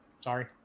sorry